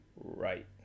right